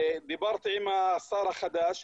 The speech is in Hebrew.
דיברתי עם השר החדש,